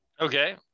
Okay